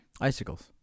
icicles